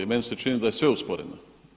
Meni se čini da je sve usporeno.